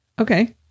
Okay